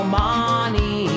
money